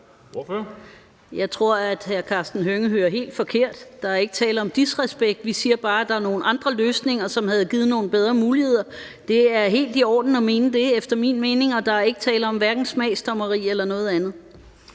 (EL): Jeg tror, at hr. Karsten Hønge hører helt forkert. Der er ikke tale om disrespekt. Vi siger bare, at der er nogle andre løsninger, som havde givet nogle bedre muligheder. Det er helt i orden at mene det efter min mening, og der er hverken tale om smagsdommeri eller noget andet.